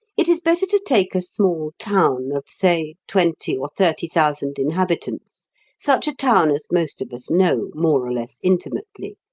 it is better to take a small town of, say, twenty or thirty thousand inhabitants such a town as most of us know, more or less intimately.